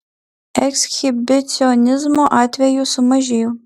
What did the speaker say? ekshibicionizmo atvejų sumažėjo